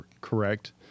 correct